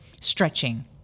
stretching